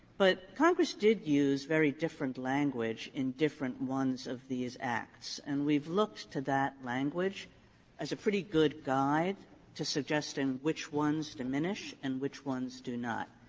but congress did use very different language in different ones of these acts, and we've looked to that language as a pretty good guide to suggesting which ones diminish and which ones do not.